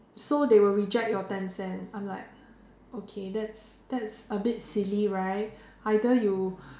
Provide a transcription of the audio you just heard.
so they will reject your ten cent I'm like okay that's that's a bit silly right either you